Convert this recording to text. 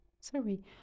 Sorry